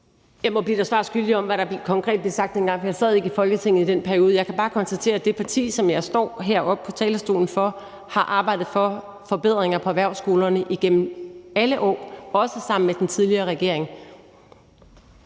Jeg må blive dig svar skyldig på, hvad der konkret blev sagt dengang, for jeg sad ikke i Folketinget i den periode. Jeg kan bare konstatere, at det parti, som jeg står heroppe på talerstolen for, har arbejdet for forbedringer på erhvervsskolerne igennem alle år, også sammen med den tidligere regering.